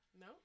No